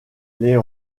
les